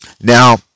Now